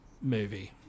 movie